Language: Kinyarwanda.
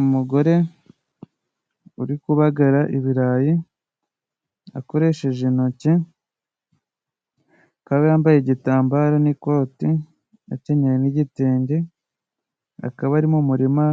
Umugore uri kubagara ibirayi, akoresheje intoki. Akaba yambaye igitambaro n'ikoti, akenyeye n'igitenge, akaba ari mu murima